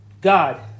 God